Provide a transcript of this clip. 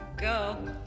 go